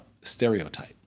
stereotype